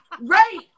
Right